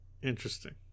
interesting